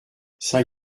saint